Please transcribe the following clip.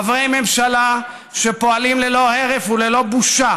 חברי ממשלה שפועלים ללא הרף וללא בושה